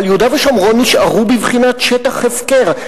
אבל יהודה ושומרון נשארו בבחינת שטח הפקר,